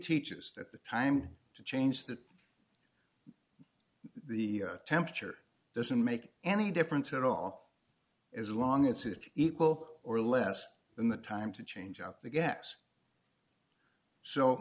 teaches at the time to change that the temperature doesn't make any difference at all as long as it's equal or less than the time to change out the gaps so